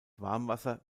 warmwasser